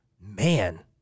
man